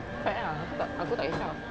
fight ah aku tak aku tak kisah